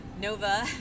Nova